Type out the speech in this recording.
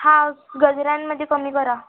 हां गजऱ्यांमध्ये कमी करा